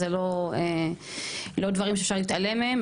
זה לא דברים שאפשר להתעלם מהם,